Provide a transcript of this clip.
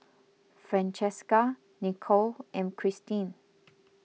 Francesca Nichole and Christine